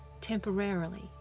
temporarily